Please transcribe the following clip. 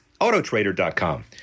autotrader.com